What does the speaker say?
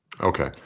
Okay